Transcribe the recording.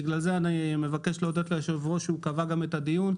בגלל זה אני מבקש להודות ליושב-ראש שקבע את הדיון,